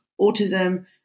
autism